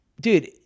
Dude